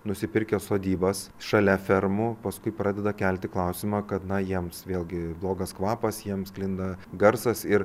nusipirkę sodybas šalia fermų paskui pradeda kelti klausimą kad na jiems vėlgi blogas kvapas jiems sklinda garsas ir